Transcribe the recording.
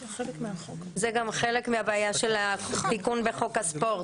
זה גם חלק מהבעיה של התיקון בחוק הספורט.